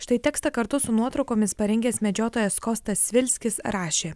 štai tekstą kartu su nuotraukomis parengęs medžiotojas kostas svirskis rašė